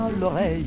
l'oreille